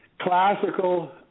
classical